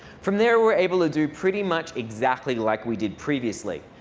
from there, we're able to do pretty much exactly like we did previously.